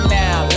now